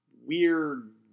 weird